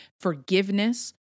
forgiveness